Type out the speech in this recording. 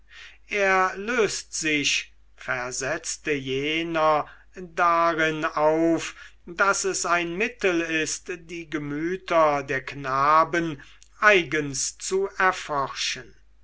er löst sich versetzte jener darin auf daß es ein mittel ist die gemüter der knaben eigens zu erforschen